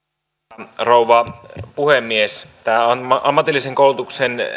arvoisa rouva puhemies tämä ammatillisen koulutuksen